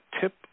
tip